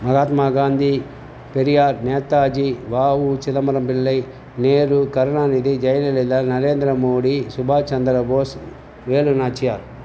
மகாத்மா காந்தி பெரியார் நேதாஜி வ உ சிதம்பரம் பிள்ளை நேரு கருணாநிதி ஜெயலலிதா நரேந்திர மோடி சுபாஸ் சந்திர போஸ் வேலு நாச்சியார்